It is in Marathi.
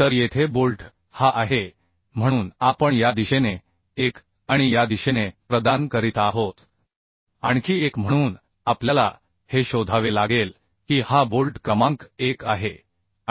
तर येथे बोल्ट हा आहे म्हणून आपण या दिशेने एक आणि या दिशेने प्रदान करीत आहोत आणखी एक म्हणून आपल्याला हे शोधावे लागेल की हा बोल्ट क्रमांक 1 आहे